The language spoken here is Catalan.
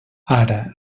ara